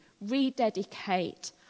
rededicate